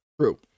true